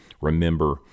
Remember